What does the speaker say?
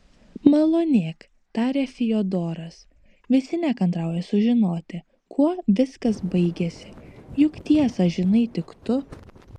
malonėk tarė fiodoras visi nekantrauja sužinoti kuo viskas baigėsi juk tiesą žinai tik tu